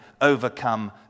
overcome